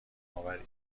آوری